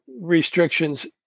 restrictions